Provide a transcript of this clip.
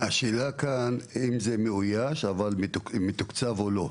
השאלה כאן היא האם זה מאויש וגם אם זה מתוקצב או לא.